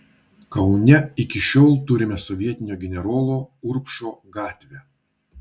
kaune iki šiol turime sovietinio generolo urbšo gatvę